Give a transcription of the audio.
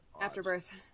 afterbirth